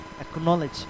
acknowledge